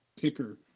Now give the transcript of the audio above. Picker